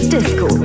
Disco